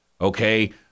okay